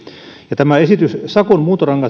ja tämä esitys sakon muuntorangaistuksen